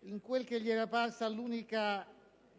in quella che gli era parsa l'unica